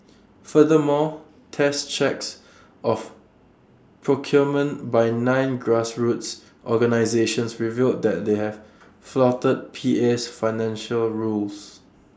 furthermore test checks of procurement by nine grassroots organisations revealed that they have flouted P A's financial rules